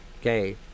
Okay